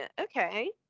Okay